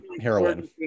heroin